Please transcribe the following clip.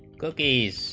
cookies